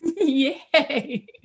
Yay